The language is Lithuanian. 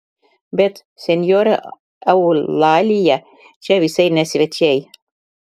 bet senjora eulalija čia visai ne svečiai